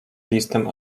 listem